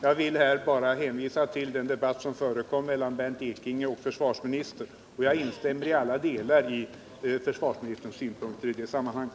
Jag vill här hänvisa till den debatt som förekom mellan Bernt Ekinge och försvarsministern, och jag instämmer till alla delar i vad försvarsministern anförde i det sammanhanget.